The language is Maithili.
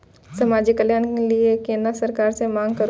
समाजिक कल्याण के लीऐ केना सरकार से मांग करु?